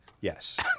Yes